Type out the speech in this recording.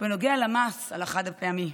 בנוגע למס על החד-פעמי.